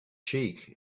cheek